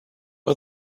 are